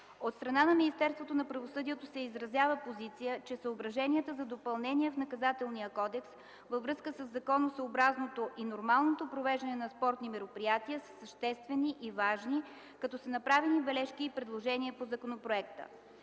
От страна на Министерството на правосъдието се изразява позиция, че съображенията за допълнения в Наказателния кодекс във връзка със законосъобразното и нормалното провеждане на спортни мероприятия са съществени и важни, като са направени бележки и предложения по законопроекта.